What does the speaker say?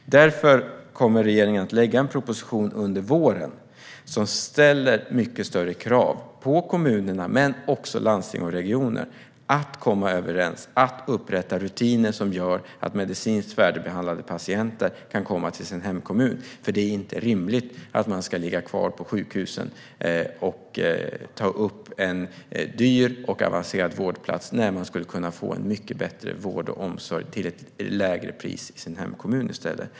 Regeringen kommer därför, under våren, att lägga fram en proposition om att det ska ställas mycket högre krav på kommunerna, men också på landstingen och regionerna, att komma överens, att upprätta rutiner för att medicinskt färdigbehandlade patienter ska kunna komma till sin hemkommun. Det är inte rimligt att man ska ligga kvar på sjukhuset och ta upp en dyr och avancerad vårdplats när man i stället skulle kunna få mycket bättre vård och omsorg till ett lägre pris i sin hemkommun.